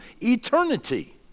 eternity